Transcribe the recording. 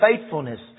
faithfulness